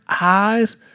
eyes